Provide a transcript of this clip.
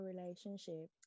relationship